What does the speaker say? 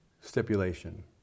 stipulation